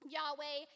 Yahweh